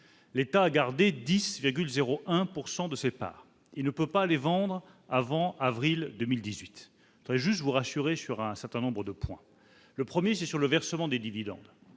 L'État a gardé 10,01 % de ses parts et ne peut pas les vendre avant avril 2018. Je voudrais juste vous rassurer sur un certain nombre de points. Tout d'abord, s'il y a eu versement de dividendes,